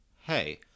Hey